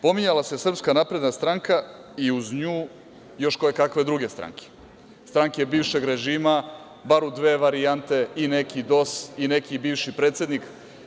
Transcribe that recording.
Pominjala se SNS i uz nju još kojekakve druge stranke, stranke bivšeg režima, bar u dve varijante i nek DOS i neki bivši predsednik.